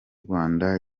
rwanda